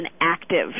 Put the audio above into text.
active